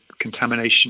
contamination